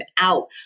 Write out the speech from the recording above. out